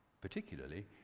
Particularly